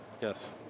Yes